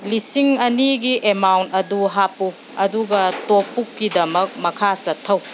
ꯂꯤꯁꯤꯡ ꯑꯅꯤꯒꯤ ꯑꯦꯃꯥꯎꯟ ꯑꯗꯨ ꯍꯥꯞꯄꯨ ꯑꯗꯨꯒ ꯇꯣꯞ ꯑꯞꯀꯤꯗꯃꯛ ꯃꯈꯥ ꯆꯠꯊꯧ